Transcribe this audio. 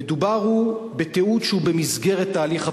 מדובר בתיעוד שהוא במסגרת ההליך הפלילי,